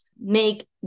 make